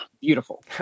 Beautiful